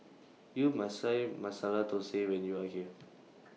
YOU must Try Masala Dosa when YOU Are here